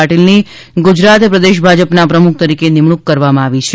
પાટીલની ગુજરાત પ્રદેશ ભાજપના પ્રમુખ તરીકે નિમણુંક કરવામાં આવી છે